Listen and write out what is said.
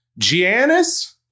Giannis